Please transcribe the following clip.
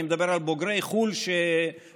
אני מדבר על בוגרי חו"ל שמאושרים,